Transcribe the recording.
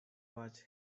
was